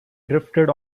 drifted